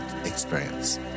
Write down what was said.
experience